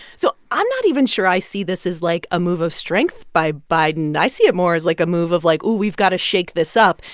so i'm not even sure i see this as, like, a move of strength by biden. i see it more as, like, a move of, like, ooh, we've got to shake this up.